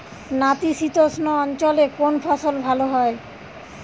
নাতিশীতোষ্ণ অঞ্চলে কোন ফসল ভালো হয়?